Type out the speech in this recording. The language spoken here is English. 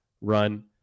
run